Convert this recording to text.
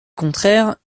contraire